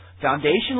foundation